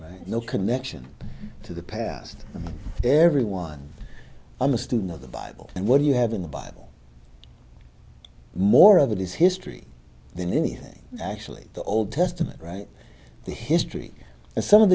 identity no connection to the past and everyone i'm a student of the bible and what do you have in the bible more of it is history than anything actually the old testament write the history and some of